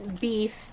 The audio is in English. beef